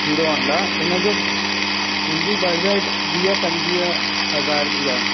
hero Honda हुनजो मुंहिंजी budget वीह पंजुवीह हज़ार जी आहे